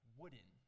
wooden